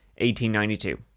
1892